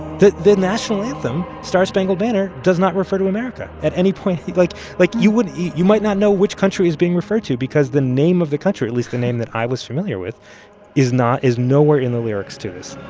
the the national anthem, star-spangled banner, does not refer to america at any point. like, like you would you might not know which country is being referred to because the name of the country at least, the name that i was familiar with is not is nowhere in the lyrics to this